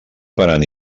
parant